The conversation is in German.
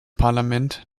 parlament